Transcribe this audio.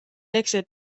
exited